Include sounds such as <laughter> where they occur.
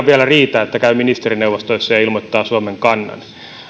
<unintelligible> vielä ihan riitä että käy ministerineuvostoissa ja ilmoittaa suomen kannan